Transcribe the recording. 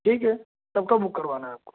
ٹھیک ہے کب کا بک کروانا ہے آپ کو